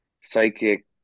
psychic